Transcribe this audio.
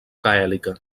gaèlica